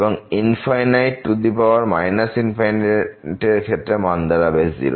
এবং ∞ এর ক্ষেত্রে এর মান দাঁড়াবে 0